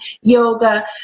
yoga